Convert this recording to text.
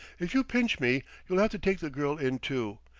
if you pinch me, you'll have to take the girl in, too.